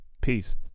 peace